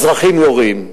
האזרחים יורים.